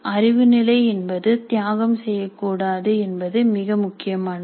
அறிவு நிலை என்பதை தியாகம் செய்யக்கூடாது என்பது மிக முக்கியமானது